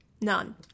None